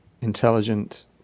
intelligent